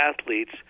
athletes